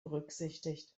berücksichtigt